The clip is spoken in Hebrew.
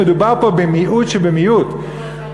מדובר פה במיעוט שבמיעוט.